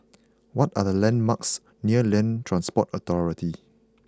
what are the landmarks near Land Transport Authority